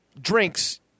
drinks